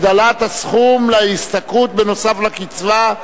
הגדלת הסכום להשתכרות בנוסף לקצבה),